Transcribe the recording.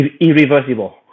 irreversible